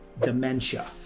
dementia